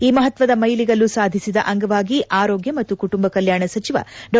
ಈ ಮಹತ್ಸದ ಮೈಲಿಗಲ್ಲು ಸಾಧಿಸಿದ ಅಂಗವಾಗಿ ಆರೋಗ್ಯ ಮತ್ತು ಕುಟುಂಬ ಕಲ್ನಾಣ ಸಚಿವ ಡಾ